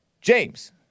James